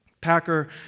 Packer